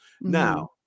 now